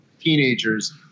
teenagers